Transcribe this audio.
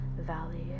valley